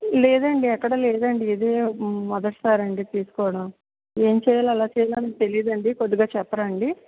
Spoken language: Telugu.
లేదండి ఎక్కడా లేదండి ఇదే మొదటిసారండి తీసుకోవడం ఏం చేయాలో ఎలా చేయాలో నాకు తెలియదండి కొద్దిగా చెప్పరా అండి